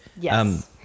Yes